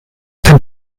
den